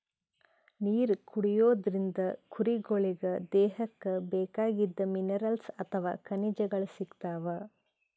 ನೀರ್ ಕುಡಿಯೋದ್ರಿಂದ್ ಕುರಿಗೊಳಿಗ್ ದೇಹಕ್ಕ್ ಬೇಕಾಗಿದ್ದ್ ಮಿನರಲ್ಸ್ ಅಥವಾ ಖನಿಜಗಳ್ ಸಿಗ್ತವ್